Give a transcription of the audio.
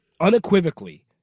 unequivocally